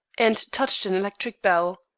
and touched an electric bell.